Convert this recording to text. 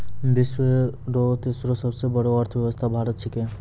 विश्व रो तेसरो सबसे बड़ो अर्थव्यवस्था भारत छिकै